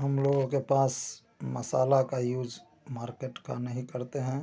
हम लोगों के पास मसाला का यूज मार्केट का नहीं करते हैं